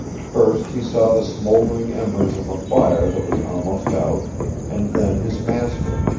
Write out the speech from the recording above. first he saw the smouldering embers of a fire that was almost out and then his master.